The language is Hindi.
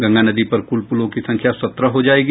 गंगा नदी पर कुल पुलो की संख्या सत्रह हो जायेगी